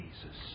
Jesus